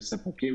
שהם ספקים